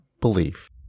Belief